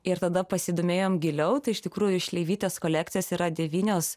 ir tada pasidomėjom giliau tai iš tikrųjų iš šleivytės kolekcijos yra devnios